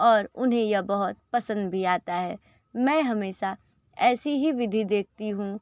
और उन्हें यह बहुत पसंद भी आता है मैं हमेशा ऐसी ही विधि देखती हूँ